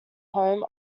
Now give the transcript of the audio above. home